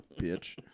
bitch